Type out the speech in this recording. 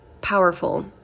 powerful